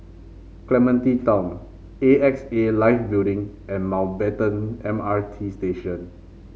Clementi Town A X A Life Building and Mountbatten M R T Station